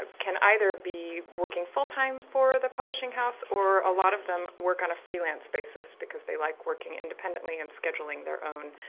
can either be working full-time for the publishing house or a lot of them work on a freelance basis because they like working independently and scheduling their own,